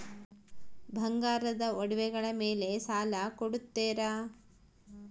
ಬಂಗಾರದ ಒಡವೆಗಳ ಮೇಲೆ ಸಾಲ ಕೊಡುತ್ತೇರಾ?